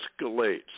escalates